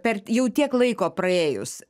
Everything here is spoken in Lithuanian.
per jau tiek laiko praėjus